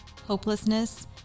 hopelessness